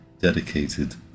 dedicated